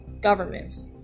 governments